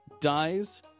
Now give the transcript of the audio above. dies